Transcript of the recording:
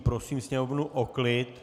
Prosím sněmovnu o klid.